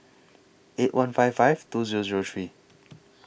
eight one five five two Zero Zero three